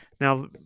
now